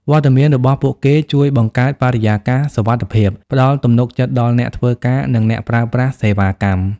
វត្តមានរបស់ពួកគេជួយបង្កើតបរិយាកាសសុវត្ថិភាព ផ្ដល់ទំនុកចិត្តដល់អ្នកធ្វើការ និងអ្នកប្រើប្រាស់សេវាកម្ម។